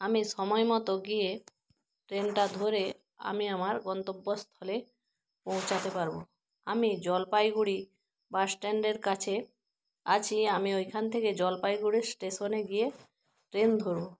আমি সময় মতো গিয়ে ট্রেনটা ধরে আমি আমার গন্তব্যস্থলে পৌঁছতে পারব আমি জলপাইগুড়ি বাস স্ট্যান্ডের কাছে আছি আমি ওইখান থেকে জলপাইগুড়ি স্টেশনে গিয়ে ট্রেন ধরবো